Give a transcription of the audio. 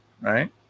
right